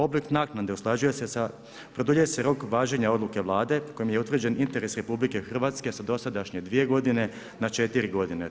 Oblik naknade usklađuje se sa, produljuje se rok važenja odluka Vlade, kojim je utvrđen interes RH sa dosadašnje 2 godine, na 4 godine.